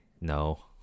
No